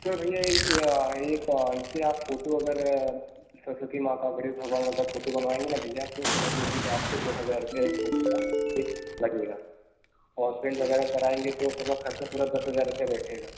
तो भईया ये एक ऐसे आप फोटो अगर सरस्वती माँ का गणेश भगवान का जब फोटो बनवाएँगे न भईया तो समझ लीजिएगा कि आपको दो हज़ार रुपया एक फोटो का रेट लगेगा और पेंट वगैरह कराएँगे तो सबका खर्चा पूरा दस हज़ार रुपए बैठेगा